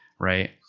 right